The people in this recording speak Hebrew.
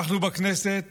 אנחנו בכנסת